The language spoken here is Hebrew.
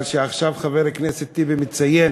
אבל כשעכשיו חבר הכנסת טיבי מציין